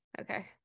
Okay